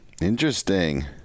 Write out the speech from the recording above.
Interesting